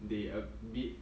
they a bit